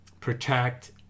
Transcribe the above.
protect